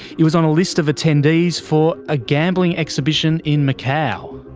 it was on a list of attendees for a gambling exhibition in macao.